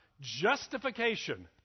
justification